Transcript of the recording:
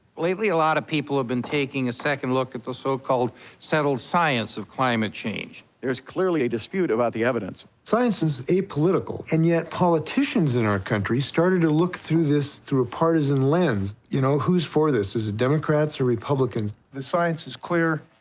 lately, a lot of people have been taking a second look at the so-called settled science of climate change. there's clearly a dispute about the evidence. science is apolitical, and yet politicians in our country started to look through this through a partisan lens. you know, who's for this? is it democrats or republicans? the science is clear.